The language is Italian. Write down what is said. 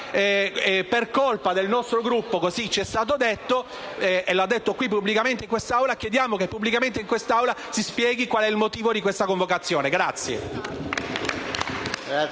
per colpa del nostro Gruppo; così ci è stato detto e lei l'ha detto qui pubblicamente in quest'Aula. Chiediamo allora che pubblicamente in quest'Aula si spieghi qual è il motivo di questa convocazione.